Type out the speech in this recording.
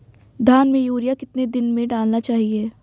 धान में यूरिया कितने दिन में डालना चाहिए?